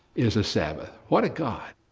is a sabbath. what a god.